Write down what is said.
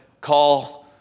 call